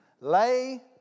lay